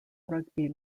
rugby